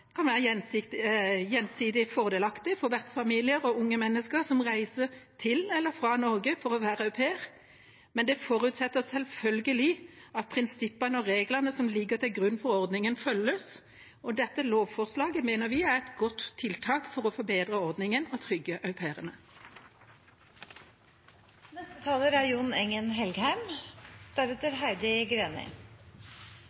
kan være gjensidig fordelaktig for vertsfamilier og unge mennesker som reiser til eller fra Norge for å være au pair, men det forutsetter selvfølgelig at prinsippene og reglene som ligger til grunn for ordningen, følges. Dette lovforslaget mener vi er et godt tiltak for å forbedre ordningen og å trygge au pairene. Dette er